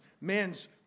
men's